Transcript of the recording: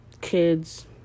kids